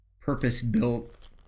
purpose-built